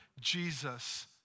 Jesus